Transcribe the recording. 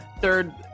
third